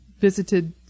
visited